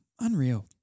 Unreal